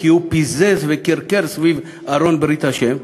כי הוא פיזז וכרכר סביב ארון ברית השם.